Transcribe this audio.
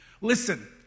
Listen